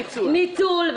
ניצול.